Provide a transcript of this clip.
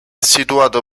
situato